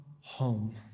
home